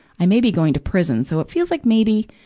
i may be going to prison, so it feel like maybe,